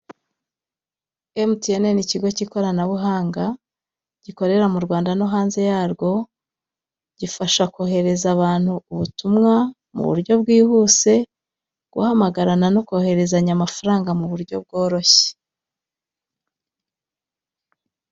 Emutiyeni ni ikigo cy'ikoranabuhanga gikorera mu Rwanda no hanze yarwo gifasha kohereza abantu ubutumwa mu buryo bwihuse guhamagarana no kohererezanya amafaranga mu buryo bworoshye.